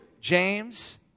James